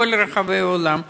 מכל רחבי העולם,